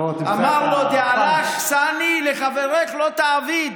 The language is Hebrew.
אמר לו: דעלך סני לחברך, לא תעביד.